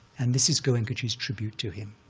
and this is goenkaji's tribute to him.